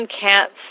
cats